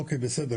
אוקיי בסדר,